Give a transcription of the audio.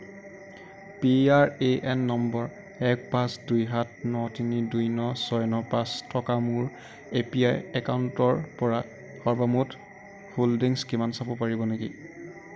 P R A N নম্বৰ এক পাঁচ দুই সাত ন তিনি দুই ন ছয় ন পাঁচ এক থকা মোৰ এ পি ৱাই একাউণ্টৰ মোৰ সৰ্বমুঠ হোল্ডিংছ কিমান চাব পাৰিব নেকি